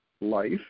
life